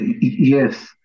Yes